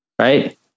right